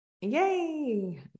Yay